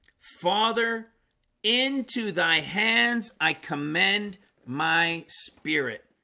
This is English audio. father into thy hands i commend my spirit